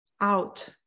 out